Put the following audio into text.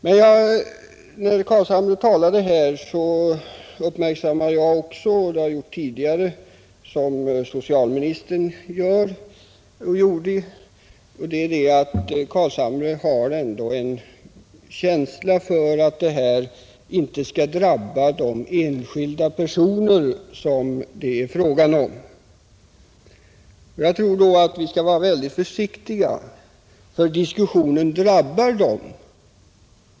Men när herr Carlshamre talade här så uppmärksammade jag också — och det har jag uppmärksammat tidigare, liksom socialministern nyss gjorde — att herr Carlshamre ändå har en känsla för att inte de enskilda personer som det är fråga om skall drabbas. Jag tror då att herr Carlshamre skall vara väldigt försiktig, ty diskussionen drabbar dem verkligen.